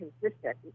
consistent